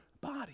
body